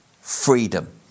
freedom